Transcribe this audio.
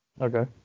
Okay